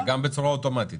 זה גם בצורה אוטומטית.